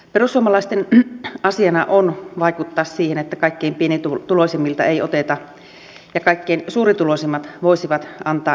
perussuomalaisten asiana on vaikuttaa siihen että kaikkein pienituloisimmilta ei oteta ja kaikkein suurituloisimmat voisivat antaa enemmän